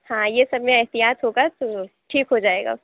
ہاں یہ سب میں احتیاط ہوگا تو ٹھیک ہو جائے گا